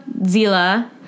Zila